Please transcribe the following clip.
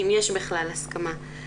אם יש בכלל הסכמה.